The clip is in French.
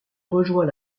rejoint